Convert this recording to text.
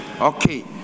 Okay